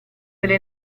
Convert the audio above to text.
delle